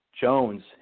Jones